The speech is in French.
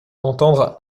entendre